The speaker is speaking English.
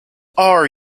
are